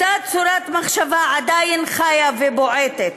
אותה צורת מחשבה עדיין חיה ובועטת,